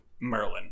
Merlin